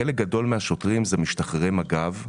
חלק גדול מהשוטרים זה משתחררי מג"ב,